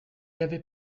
avait